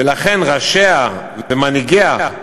ולכן ראשיה ומנהיגיה,